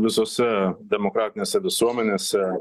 visose demokratinėse visuomenėse